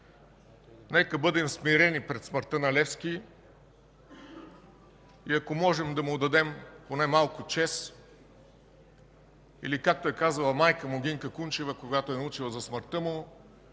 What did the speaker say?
нека бъдем смирени пред смъртта на Левски и, ако можем, да му отдадем поне малко чест или, както е казала майка му Гинка Кунчева, когато е научила за смъртта му: